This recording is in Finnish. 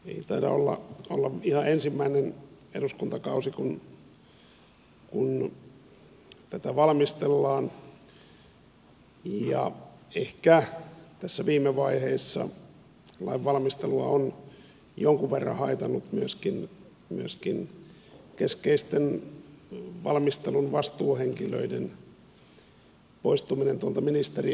ei taida olla ihan ensimmäinen eduskuntakausi kun tätä valmistellaan ja ehkä tässä viime vaiheissa lain valmistelua on jonkun verran haitannut myöskin keskeisten valmistelun vastuuhenkilöiden poistuminen ministeriön riveistä